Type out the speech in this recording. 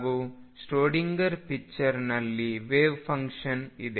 ಹಾಗೂ ಶ್ರೊಡಿಂಗರ್ ಪಿಚ್ಚರ್ನಲ್ಲಿ ವೆವ್ಫಂಕ್ಷನ್ ಇದೆ